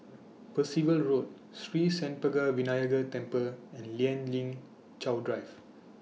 Percival Road Sri Senpaga Vinayagar Temple and Lien Ling Chow Drive